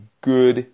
good